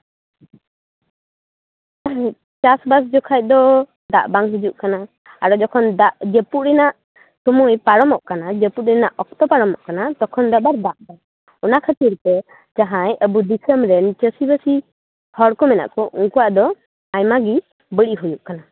ᱪᱟᱥᱵᱟᱥ ᱡᱚᱠᱷᱟᱱ ᱫᱚ ᱫᱟᱜ ᱵᱟᱝ ᱦᱤᱡᱩᱜ ᱠᱟᱱᱟ ᱦᱟᱱᱮ ᱡᱚᱠᱷᱚᱱ ᱡᱟᱹᱯᱩᱫ ᱨᱮᱱᱟᱜ ᱥᱚᱢᱚᱭ ᱯᱟᱨᱚᱢᱚᱜ ᱠᱟᱱᱟ ᱡᱟᱹᱯᱩᱫ ᱨᱮᱱᱟᱜ ᱚᱠᱛᱚ ᱯᱟᱨᱚᱢᱚᱜ ᱠᱟᱱᱟ ᱛᱚᱠᱷᱚᱱ ᱫᱚ ᱟᱵᱟᱨ ᱫᱟᱜ ᱮᱫᱟᱭ ᱚᱱᱟ ᱠᱷᱟᱹᱛᱤᱨᱛᱮ ᱡᱟᱦᱟᱸᱭ ᱟᱵᱚ ᱫᱤᱥᱚᱢ ᱨᱮᱱ ᱪᱟᱹᱥᱤᱵᱟᱹᱥᱤ ᱦᱚᱲ ᱠᱚ ᱢᱮᱱᱟᱜ ᱠᱚᱣᱟ ᱩᱱᱠᱩᱣᱟᱜ ᱫᱚ ᱟᱭᱢᱟ ᱜᱮ ᱵᱟᱹᱲᱤᱡ ᱦᱩᱭᱩᱜ ᱠᱟᱱᱟ